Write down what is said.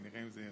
מהורהר,